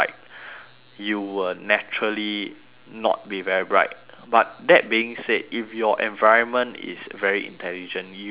you will naturally not be very bright but that being said if your environment is very intelligent you will